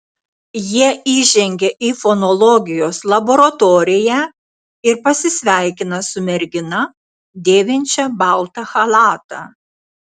jie įžengia į fonologijos laboratoriją ir pasisveikina su mergina dėvinčia baltą chalatą